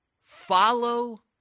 follow